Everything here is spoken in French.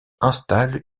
installe